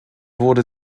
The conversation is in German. wurde